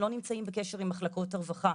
לא נמצאים בקשר עם מחלקות הרווחה.